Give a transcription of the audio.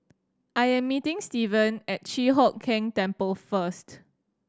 I am meeting Stephen at Chi Hock Keng Temple first